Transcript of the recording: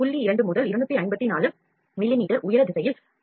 2 முதல் 254 மிமீ உயர திசையில் 0